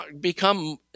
become